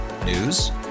News